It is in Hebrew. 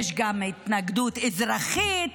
יש גם התנגדות אזרחית,